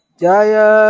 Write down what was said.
jaya